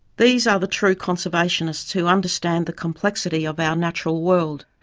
these are the true conservationists who understand the complexity of our natural world,